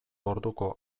orduko